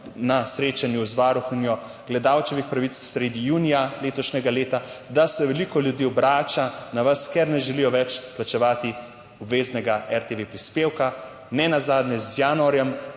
na srečanju z varuhinjo gledalčevih pravic sredi junija letošnjega leta, da se veliko ljudi obrača na vas, ker ne želijo več plačevati obveznega RTV prispevka. Nenazadnje bodo z januarjem